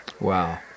Wow